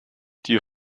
die